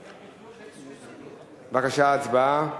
בבקשה, הצבעה.